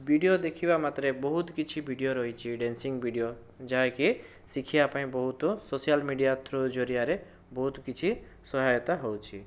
video ଦେଖିବା ମାତ୍ରେ ବହୁତ କିଛି ଭିଡ଼ିଓ ରହିଛି ଡ଼୍ୟାସିଂ ଭିଡ଼ିଓ ଯାହାକି ଶିଖିବାପାଇଁ ବହୁତ ସୋସିଆଲ ମିଡ଼ିଆରେ ଥୃ ଜରିଆରେ ବହୁତ କିଛି ସହାୟତା ହେଉଛି